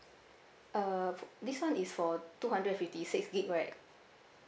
uh this [one] is for two hundred and fifty six gig right